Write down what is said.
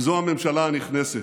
וזו הממשלה הנכנסת.